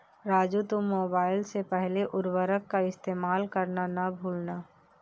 राजू तुम मोबाइल से पहले उर्वरक का इस्तेमाल करना ना भूलना